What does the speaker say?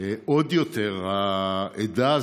עוד יותר, העדה הזאת,